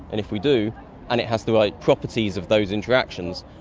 and if we do and it has the right properties of those interactions,